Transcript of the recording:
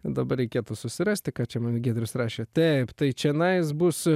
dabar reikėtų susirasti ką čia man giedrius rašė taip tai čenais bus